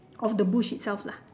of the bush itself lah